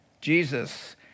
Jesus